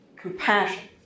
compassion